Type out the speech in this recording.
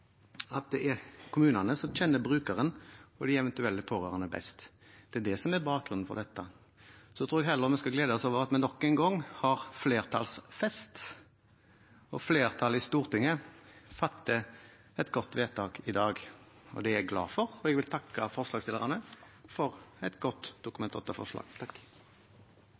tillegg er det kommunene som kjenner brukeren og de eventuelle pårørende best. Det er det som er bakgrunnen for dette. Så tror jeg heller vi skal glede oss over at vi nok en gang har flertallsfest, og flertallet i Stortinget fatter et godt vedtak i dag. Det er jeg glad for, og jeg vil takke forslagsstillerne for et godt Dokument